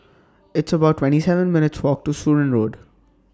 It's about twenty seven minutes' Walk to Surin Road